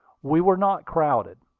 we were not crowded.